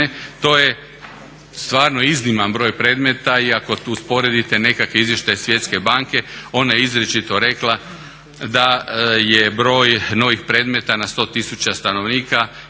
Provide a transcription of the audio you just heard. To je stvarno izniman broj predmeta i ako tu usporedite nekakav izvještaj Svjetske banke ona je izričito rekla da je broj novih predmeta na 100 000 stanovnika